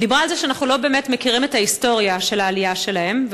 היא דיברה על זה שאנחנו לא באמת מכירים את ההיסטוריה של העלייה שלהם,